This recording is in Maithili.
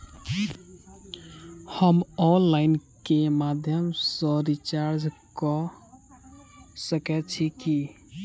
हम ऑनलाइन केँ माध्यम सँ रिचार्ज कऽ सकैत छी की?